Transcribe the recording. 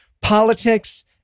politics